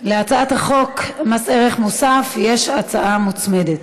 להצעת החוק מס ערך מוסף יש הצעה מוצמדת.